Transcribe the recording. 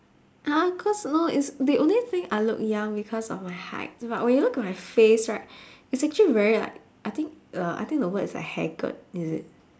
!huh! cause no it's the only thing I look young because of my height but when you look at my face right it's actually very like I think uh I think the word is haggard is it